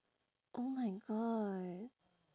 oh my god